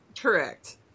Correct